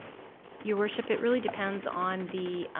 your worship, it really depends on the